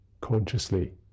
consciously